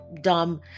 dumb